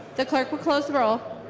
the clerk will close the roll.